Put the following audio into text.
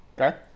Okay